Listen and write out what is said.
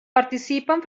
participan